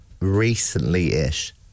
recently-ish